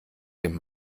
dem